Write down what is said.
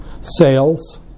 sales